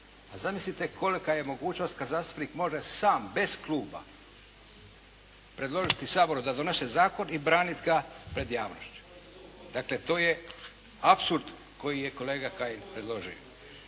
zamislite kolika je mogućnost kada zastupnik može sam bez kluba predložiti Saboru da donese zakon i braniti ga pred javnošću. Dakle to je apsurd koji je kolega Kajin predložio.